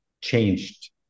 changed